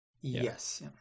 yes